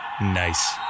Nice